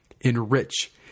enrich